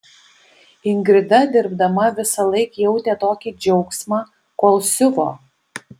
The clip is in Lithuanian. ingrida dirbdama visąlaik jautė tokį džiaugsmą kol siuvo